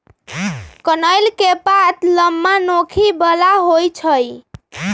कनइल के पात लम्मा, नोखी बला होइ छइ